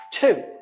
Two